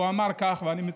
הוא אמר כך, ואני מצטט: